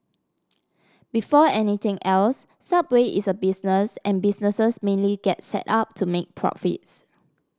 before anything else subway is a business and businesses mainly get set up to make profits